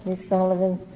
and sullivan,